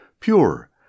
pure